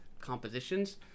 compositions